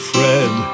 Fred